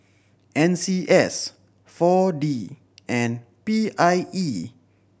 N C S Four D and P I E